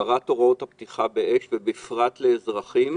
הבהרת הוראות הפתיחה באש, בפרט לאזרחים.